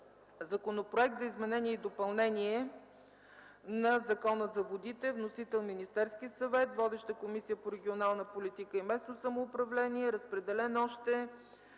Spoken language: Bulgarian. Законопроект за изменение и допълнение на Закона за водите. Вносител – Министерският съвет. Водеща е Комисията по регионална политика и местно самоуправление. Разпределен е